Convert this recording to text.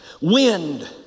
wind